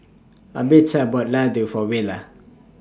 Albertha bought Ladoo For Willia